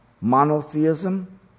monotheism